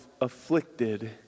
afflicted